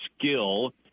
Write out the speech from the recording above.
skill